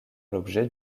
l’objet